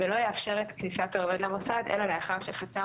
ולא יאפשר את כניסת העובד למוסד אלא לאחר שחתם